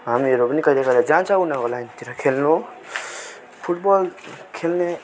हामीहरू पनि कहिले कहिले जान्छ उनीहरूको लाइनतिर खेल्नु फुट बल खेल्ने